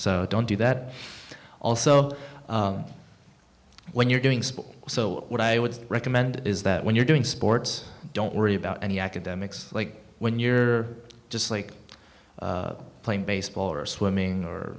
so don't do that also when you're doing sport so what i would recommend is that when you're doing sports don't worry about any academics like when you're just like playing baseball or swimming or